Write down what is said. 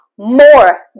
More